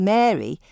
Mary